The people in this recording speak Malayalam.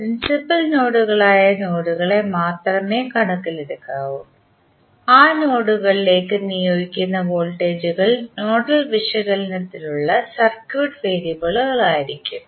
പ്രിൻസിപ്പൽ നോഡുകളായ നോഡുകളെ മാത്രമേ കണക്കിലെടുക്കാവൂ ആ നോഡുകളിലേക്ക് നിയോഗിക്കുന്ന വോൾട്ടേജുകൾ നോഡൽ വിശകലനത്തിനുള്ള സർക്യൂട്ട് വേരിയബിളുകളായിരിക്കും